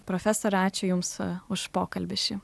profesore ačiū jums už pokalbį šį